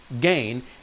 Gain